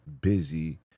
busy